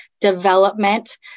development